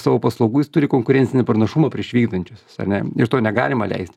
savo paslaugų jis turi konkurencinį pranašumą prieš vykdančiuosius ane ir to negalima leisti